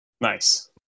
Nice